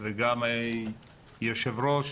וגם היושב ראש